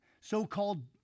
so-called